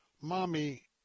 Mommy